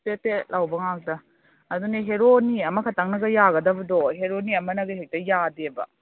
ꯄꯦꯠ ꯄꯦꯠ ꯂꯥꯎꯕ ꯉꯥꯛꯇ ꯑꯗꯨꯅꯦ ꯍꯦꯔꯣꯅꯤ ꯑꯃꯈꯛꯇꯪꯅꯒ ꯌꯥꯒꯗꯕꯗꯣ ꯍꯦꯔꯣꯅꯤ ꯑꯃꯅꯒ ꯍꯦꯛꯇ ꯌꯥꯗꯦꯕ